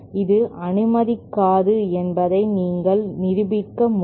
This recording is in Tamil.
இது அனுமதிக்காது என்பதை நீங்கள் நிரூபிக்க முடியும்